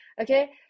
Okay